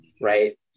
right